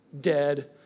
dead